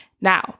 Now